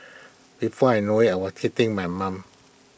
before I know IT I was hitting my mum